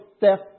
death